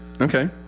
Okay